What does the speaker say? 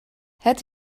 het